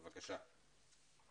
בבקשה.